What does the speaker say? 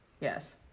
Yes